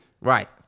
Right